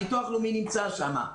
הביטוח הלאומי נמצא שם.